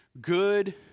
good